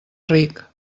ric